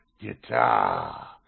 guitar